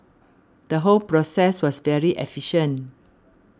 the whole process was very efficient